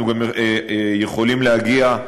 אנחנו גם יכולים להגיע,